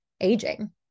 aging